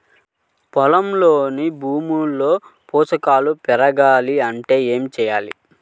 పొలంలోని భూమిలో పోషకాలు పెరగాలి అంటే ఏం చేయాలి?